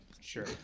Sure